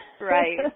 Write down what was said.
Right